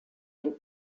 den